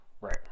Right